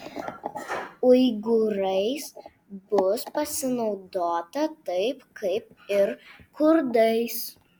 uigūrais bus pasinaudota taip kaip ir kurdais